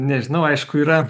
nežinau aišku yra